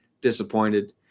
disappointed